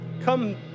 come